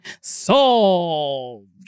Solved